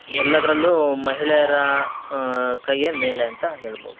ಎಲ್ಲದರಲ್ಲೂ ಮಹಿಳೆಯರ ಕೈಯೇ ಮೇಲೆ ಅಂತ ಹೇಳ್ಬೋದು